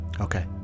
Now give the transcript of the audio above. Okay